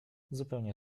zupełnie